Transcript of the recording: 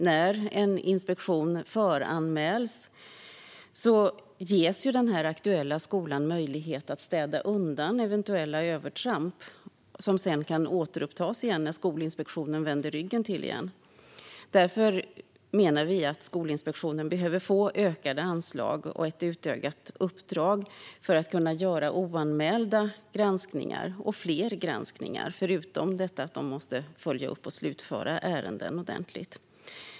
När en inspektion föranmäls ges den aktuella skolan möjlighet att städa undan eventuella övertramp, som sedan kan återupptas när Skolinspektionen vänder ryggen till. Därför menar vi att Skolinspektionen behöver få ökade anslag och ett utökat uppdrag för att kunna göra oanmälda granskningar och fler granskningar, förutom att de måste följa upp och slutföra ärenden ordentligt.